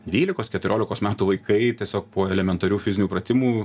dvylikos keturiolikos metų vaikai tiesiog po elementarių fizinių pratimų